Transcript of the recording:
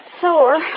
sore